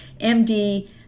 MD